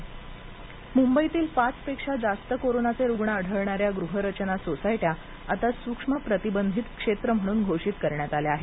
मंबई मुंबईतील पाचपेक्षा जास्त कोरोनाचे रुग्ण आढळणाऱ्या गृहरचना सोसायट्या आता सूक्ष्म प्रतिबंधित क्षेत्र म्हणून घोषित करण्यात आल्या आहेत